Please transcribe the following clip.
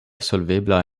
solvebla